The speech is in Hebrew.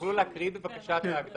תוכלו להקריא את ההגדרה?